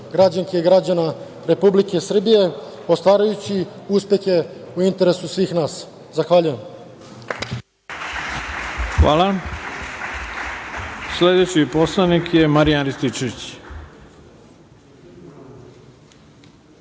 građanki i građana Republike Srbije, ostvarujući uspehe u interesu svih nas. Zahvaljujem. **Ivica Dačić** Sledeći poslanik je Marijan Rističević.